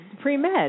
Pre-med